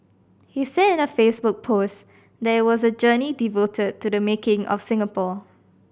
he said in a Facebook post that it was a journey devoted to the making of Singapore